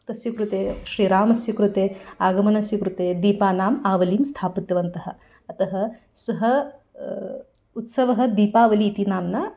तस्य कृते श्रीरामस्य कृते आगमनस्य कृते दीपानां आवलिं स्थापितवन्तः अतः सः उत्सवः दीपावली इति नाम्ना